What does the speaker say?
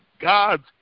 God's